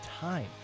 time